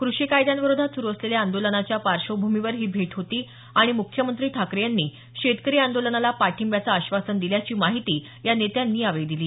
कृषी कायद्यांविरोधात सुरू असलेल्या आंदोलनाच्या पार्श्वभूमीवर ही भेट होती आणि मुख्यमंत्री ठाकरे यांनी शेतकरी आंदोलनाला पाठिंब्यांचं आश्वासन दिल्याची माहिती या नेत्यांनी यावेळी दिली